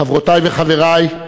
חברותי וחברי,